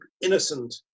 innocent